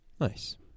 Nice